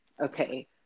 okay